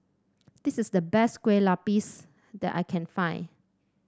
this is the best Kue Lupis that I can find